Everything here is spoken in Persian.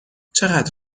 چقدر